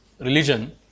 religion